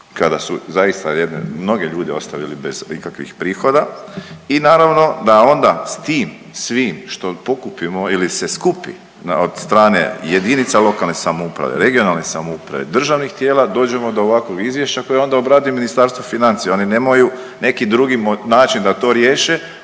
kada su zaista jedne, mnoge ljude ostavili bez ikakvih prihoda i naravno da onda s tim svim što pokupimo ili se skupi od strane jedinica lokalne samouprave, regionalne samouprave, državnih tijela dođemo do ovakvog izvješća kojeg onda Ministarstvo financija. Oni nemaju neki drugi način da to riješe